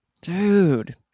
Dude